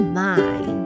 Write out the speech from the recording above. mind